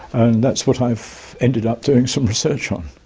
and that's what i have ended up doing some research on.